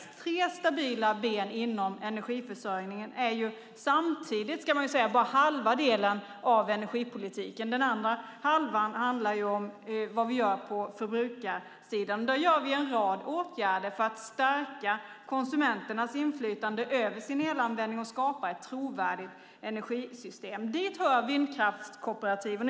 De tre stabila benen inom energiförsörjningen är bara halva delen av energipolitiken. Den andra halvan handlar om vad vi gör på förbrukarsidan. Här gör vi en rad åtgärder för att stärka konsumenternas inflytande över sin elanvändning och skapa ett trovärdigt energisystem. Dit hör vindkraftskooperativen.